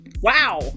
wow